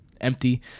empty